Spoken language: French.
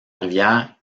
rivière